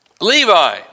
Levi